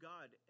God